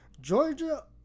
Georgia